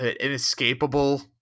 inescapable